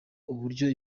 uburyo